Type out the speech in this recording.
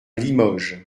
limoges